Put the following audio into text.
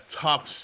top